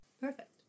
Perfect